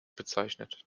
bezeichnet